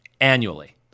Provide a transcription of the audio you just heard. annually